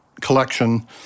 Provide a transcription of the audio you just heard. collection